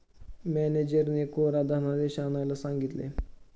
मॅनेजरने कोरा धनादेश आणायला सांगितले